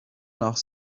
nach